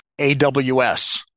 AWS